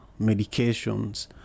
medications